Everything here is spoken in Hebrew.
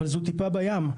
אבל זאת טיפה בים.